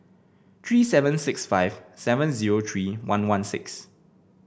three seven six five seven zero three one one six